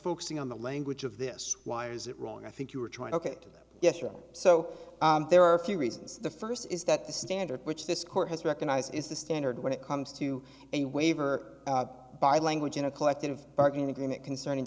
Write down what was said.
focusing on the language of this why is it wrong i think you are trying to get to them yes or so there are a few reasons the first is that the standard which this court has recognized is the standard when it comes to a waiver by language in a collective bargaining agreement concerning